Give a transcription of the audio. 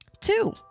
Two